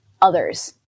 others